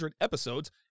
episodes